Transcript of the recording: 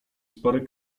spory